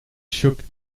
shook